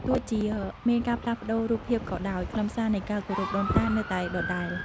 ទោះជាមានការផ្លាស់ប្ដូររូបភាពក៏ដោយ ខ្លឹមសារនៃការគោរពដូនតានៅតែដដែល។